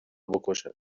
بکشن